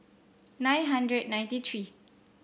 nine hundred ninety three